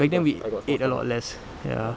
back then we ate a lot less ya